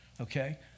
Okay